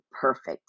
perfect